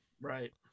Right